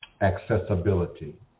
accessibility